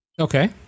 okay